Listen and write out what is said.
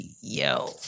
yo